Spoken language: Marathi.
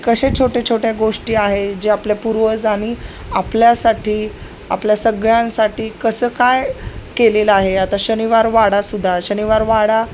कसे छोटे छोट्या गोष्टी आहेत जे आपल्या पूर्वजांनी आपल्यासाठी आपल्या सगळ्यांसाठी कसं काय केलेलं आहे आता शनिवार वाडासुद्धा शनिवार वाडा